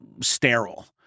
sterile